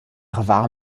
war